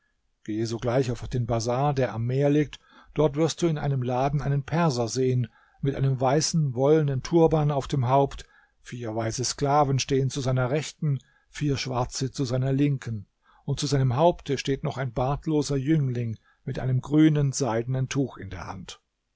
gehe sogleich auf den bazar der am meer liegt dort wirst du in einem laden einen perser sehen mit einem weißen wollenen turban auf dem haupt vier weiße sklaven stehen zu seiner rechten vier schwarze zu seiner linken und zu seinem haupte steht noch ein bartloser jüngling mit einem grünen seidenen tuch in der hand